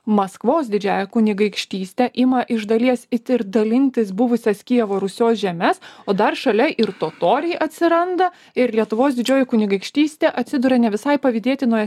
maskvos didžiąja kunigaikštyste ima iš dalies it ir dalintis buvusias kijevo rusios žemes o dar šalia ir totoriai atsiranda ir lietuvos didžioji kunigaikštystė atsiduria ne visai pavydėtinoje